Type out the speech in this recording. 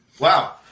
Wow